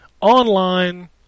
online